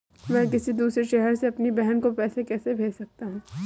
मैं किसी दूसरे शहर से अपनी बहन को पैसे कैसे भेज सकता हूँ?